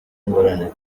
ingorane